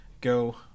go